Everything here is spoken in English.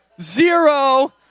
zero